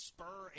Spur